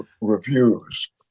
reviews